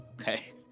Okay